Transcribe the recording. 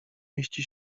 mieści